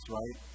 right